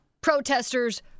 protesters